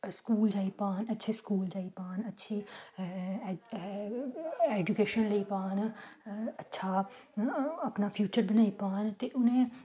school जाई पान अच्छे स्कूल जाई पान अच्छी ऐजुकेशन लेई पान अच्छा अपना फ्यूचर बनाई पान ते उ'नें